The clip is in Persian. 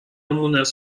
مونس